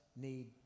need